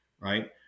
right